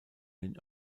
den